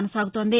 కొనసాగుతోంది